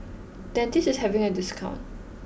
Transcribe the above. Dentiste is having a discount